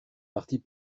partie